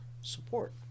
support